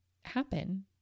happen